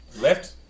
left